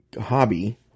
hobby